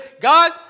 God